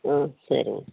ஆ சரிங்க